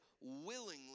willingly